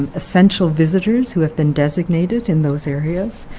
ah essential visitors who have been designated in those areas,